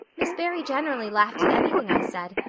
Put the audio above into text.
miss barry generally laughed at anything i said,